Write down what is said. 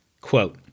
Quote